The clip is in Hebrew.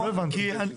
לא הבנתי.